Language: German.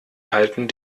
halten